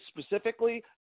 specifically